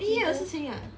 一月的事情 ah